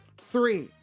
Three